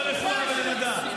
או לרפואה ולמדע?